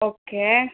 okay